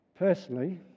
Personally